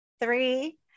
Three